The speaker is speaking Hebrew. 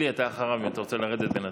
אלי, אתה אחריו, אם אתה רוצה לרדת בינתיים.